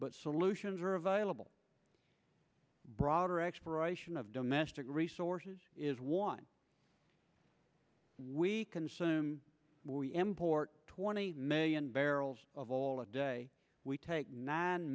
but solutions are available broader exploration of domestic resources is one we consume we import twenty million barrels of oil a day we take nine